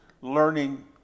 learning